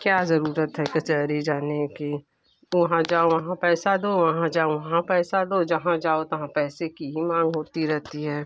क्या जरूरत है कचहरी जाने की वहाँ जाओ वहाँ पैसा दो वहाँ जाओ वहाँ पैसा दो जहाँ जाओ तहाँ पैसे की ही माँग होती रहती है